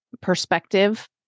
perspective